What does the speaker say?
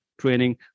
training